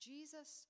Jesus